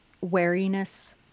wariness